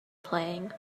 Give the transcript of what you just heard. playing